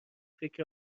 فکر